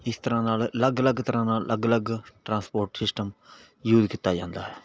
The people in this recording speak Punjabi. ਇਸ ਤਰ੍ਹਾਂ ਨਾਲ ਅਲੱਗ ਅਲੱਗ ਤਰ੍ਹਾਂ ਨਾਲ ਅਲੱਗ ਅਲੱਗ ਟਰਾਂਸਪੋਰਟ ਸਿਸਟਮ ਯੂਜ ਕੀਤਾ ਜਾਂਦਾ ਹੈ